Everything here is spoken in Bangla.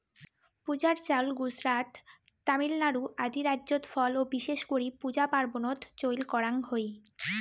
পূজার চাউল গুজরাত, তামিলনাড়ু আদি রাইজ্যত ফল ও বিশেষ করি পূজা পার্বনত চইল করাঙ হই